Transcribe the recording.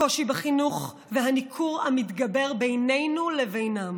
הקושי בחינוך והניכור המתגבר בינינו לבינם,